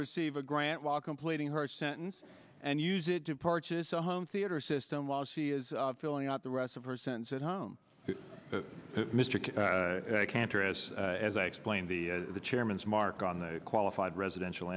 receive a grant while completing her sentence and use it to purchase a home theater system while she is filling out the rest of her sense at home mr cantor has as i explained the the chairman's mark on the qualified residential